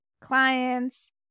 clients